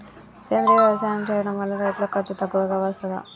సేంద్రీయ వ్యవసాయం చేయడం వల్ల రైతులకు ఖర్చు తక్కువగా వస్తదా?